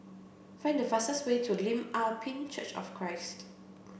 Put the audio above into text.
find the fastest way to Lim Ah Pin Church of Christ